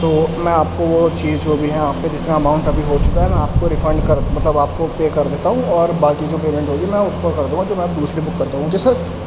تو میں آپ کو وہ چیز جو بھی ہیں آپ کے جتنا اماؤنٹ ابھی ہو چکا ہے میں آپ کو ریفائن کر مطلب آپ کو پے کر دیتا ہوں اور باقی کی پیمنٹ ہوگی میں اس کو کر دوں گا جو میں دوسری بک کر دوں گا اوکے سر